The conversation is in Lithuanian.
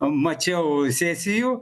mačiau sesijų